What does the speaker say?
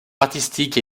artistique